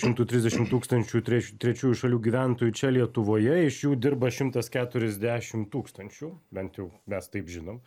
šimtų trisdešim tūkstančių treš trečiųjų šalių gyventojų čia lietuvoje iš jų dirba šimtas keturiasdešim tūkstančių bent jau mes taip žinom